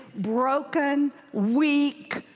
broken, weak,